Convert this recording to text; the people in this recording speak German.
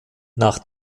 nach